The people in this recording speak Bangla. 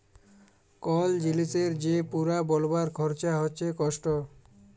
কল জিলিসের যে পুরা বলবার খরচা হচ্যে কস্ট